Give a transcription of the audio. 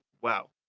Wow